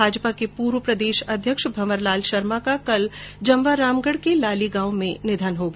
भाजपा के पूर्व प्रदेशअध्यक्ष भंवर लाल शर्मा का कल जमवारामगढ के लाली गांव में निधन हो गया